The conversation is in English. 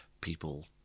people